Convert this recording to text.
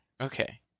Okay